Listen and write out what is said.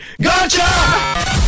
Gotcha